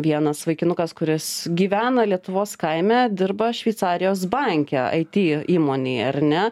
vienas vaikinukas kuris gyvena lietuvos kaime dirba šveicarijos banke aity įmonėj ar ne